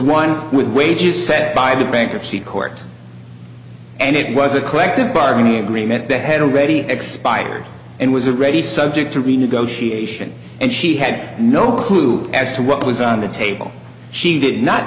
with wages set by the bankruptcy court and it was a collective bargaining agreement behead already expired and was a ready subject to renegotiation and she had no clue as to what was on the table she did not